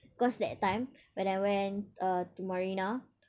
cause that time when I went uh to marina